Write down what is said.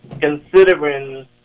considering